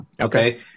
Okay